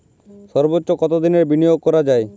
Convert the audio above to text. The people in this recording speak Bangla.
সর্বোচ্চ কতোদিনের বিনিয়োগ করা যায়?